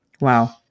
Wow